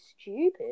stupid